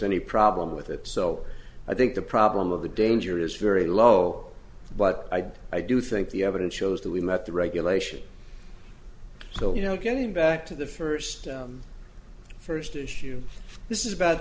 any problem with it so i think the problem of the danger is very low but i do i do think the evidence shows that we met the regulation so you know getting back to the first first issue this is